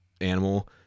animal